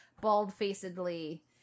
bald-facedly